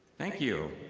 thank you.